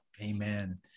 Amen